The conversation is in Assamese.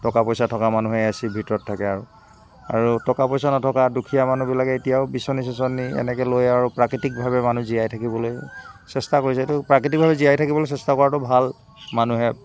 টকা পইচা থকা মানুহে এচিৰ ভিতৰত থাকে আও আৰু টকা পইচা নথকা দুখীয়া মানুহবিলাকে এতিয়াও বিচনী চিচনী এনেকৈ লৈ আৰু প্ৰাকৃতিকভাৱে মানুহ জীয়াই থাকিবলৈ চেষ্টা কৰিছে এইটো প্ৰাকৃতিকভাৱে জীয়াই থাকিবলৈ চেষ্টা কৰাটো ভাল মানুহে